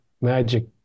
magic